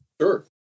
Sure